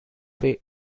way